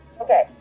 Okay